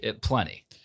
Plenty